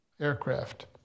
aircraft